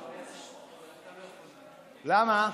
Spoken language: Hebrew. למה?